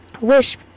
wish